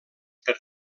per